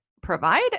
provide